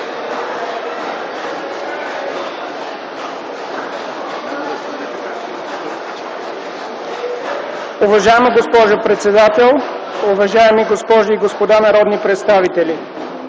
Уважаема госпожо председател, уважаеми госпожи и господа народни представители!